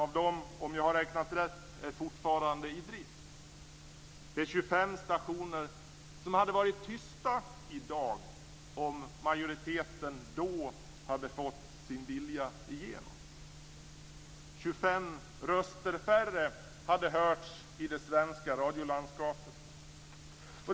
Om jag har räknat rätt är 25 av dem fortfarande i drift. Det är 25 stationer som hade varit tysta i dag om majoriteten då hade fått sin vilja igenom. 25 röster färre hade hörts i det svenska radiolandskapet.